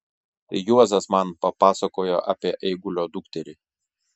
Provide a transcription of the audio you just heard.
tai juozas man papasakojo apie eigulio dukterį